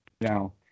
Now